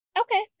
okay